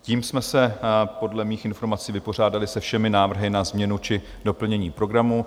Tím jsme se podle mých informací vypořádali se všemi návrhy na změnu či doplnění programu.